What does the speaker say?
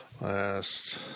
Last